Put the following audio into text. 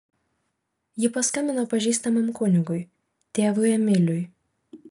ji paskambino pažįstamam kunigui tėvui emiliui